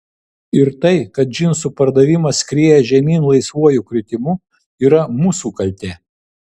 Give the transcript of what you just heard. ir tai kad džinsų pardavimas skrieja žemyn laisvuoju kritimu yra mūsų kaltė